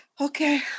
Okay